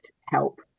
help